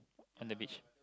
on the beach